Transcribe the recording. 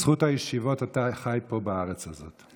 בזכות הישיבות אתה חי פה בארץ הזאת,